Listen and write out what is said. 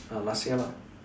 uh last year lah